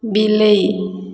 ବିଲେଇ